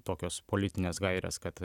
tokios politinės gairės kad